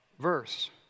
verse